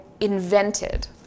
invented